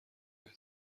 اهدا